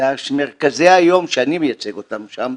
זה מרכזי היום שאני מייצג אותם שם,